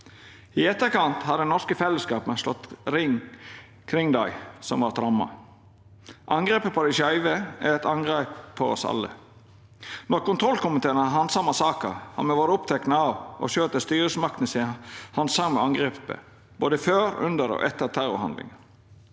I etterkant har den norske fellesskapen slått ring kring dei som vart ramma. Angrepet på dei skeive er eit angrep på oss alle. Når kontrollkomiteen har handsama saka, har me vore opptekne av å sjå etter styresmaktene si handsaming av angrepet både før, under og etter terrorhandlinga.